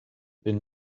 been